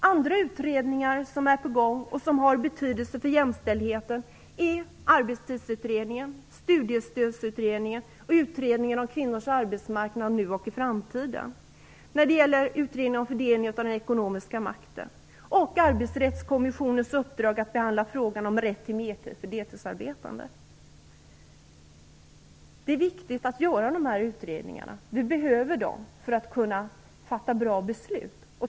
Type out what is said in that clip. Andra utredningar som är på gång och som har betydelse för jämställdheten är arbetstidsutredningen, studiestödsutredningen och utredningen om kvinnors arbetsmarknad nu och i framtiden, utredningen om fördelningen av den ekonomiska makten och arbetsrättskommissionens uppdrag att behandla frågan om rätt till mertid för deltidsarbetande. Det är viktigt att dessa utredningar görs. Vi behöver dem för att kunna fatta bra beslut.